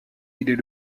est